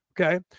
Okay